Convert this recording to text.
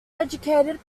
educated